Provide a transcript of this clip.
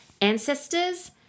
ancestors